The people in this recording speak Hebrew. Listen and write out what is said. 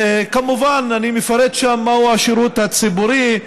כמובן אני מפרט שם מהו השירות הציבורי.